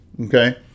Okay